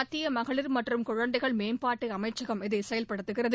மத்திய மகளிா மற்றும் குழந்தைகள் மேம்பாட்டு அமைச்சகம் இதை செயல்படுத்துகிறது